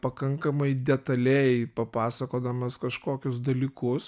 pakankamai detaliai papasakodamas kažkokius dalykus